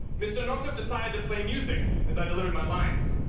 mr. northrup decided to play music as i delivered my lines